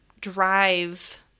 drive